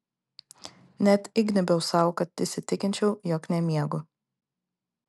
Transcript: net įgnybiau sau kad įsitikinčiau jog nemiegu